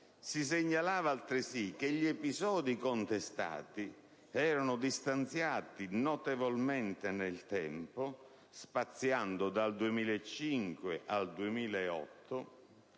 Si segnalava altresì che gli episodi contestati erano distanziati notevolmente nel tempo, spaziando dal 2005 al 2008,